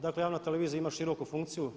Dakle, javna televizija ima široku funkciju.